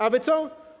A wy co?